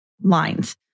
lines